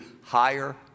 higher